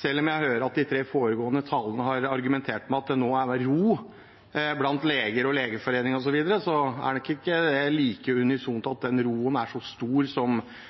Selv om jeg hører at de tre foregående talerne har argumentert med at det nå er ro blant leger og i Legeforeningen osv., er det nok ikke en unison oppfatning at den roen er så stor som